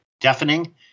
deafening